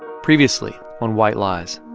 previously on white lies.